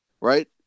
right